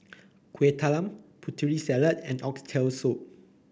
Kueh Talam Putri Salad and Oxtail Soup